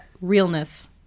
Realness